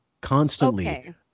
constantly